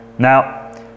Now